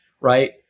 right